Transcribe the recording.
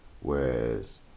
Whereas